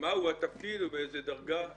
מהו התפקיד ובאיזה הדרגה?